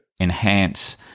enhance